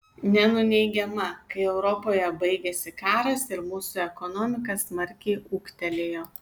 nenuneigiama kai europoje baigėsi karas ir mūsų ekonomika smarkiai ūgtelėjo